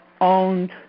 owned